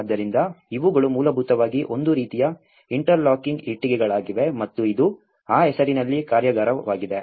ಆದ್ದರಿಂದ ಇವುಗಳು ಮೂಲಭೂತವಾಗಿ ಒಂದು ರೀತಿಯ ಇಂಟರ್ಲಾಕಿಂಗ್ ಇಟ್ಟಿಗೆಗಳಾಗಿವೆ ಮತ್ತು ಇದು ಆ ಹೆಸರಿನಲ್ಲಿ ಕಾರ್ಯಾಗಾರವಾಗಿದೆ